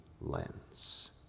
lens